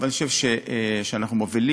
אבל אני חושב שאנחנו מובילים.